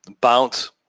bounce